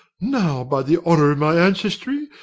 now, by the honour of my ancestry,